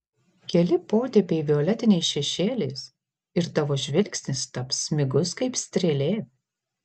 keli potėpiai violetiniais šešėliais ir tavo žvilgsnis taps smigus kaip strėlė